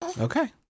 Okay